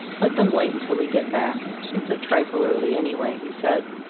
let them wait until we get back it's a trifle early, anyway, he said.